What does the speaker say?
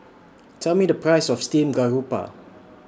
Tell Me The Price of Steamed Garoupa